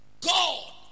God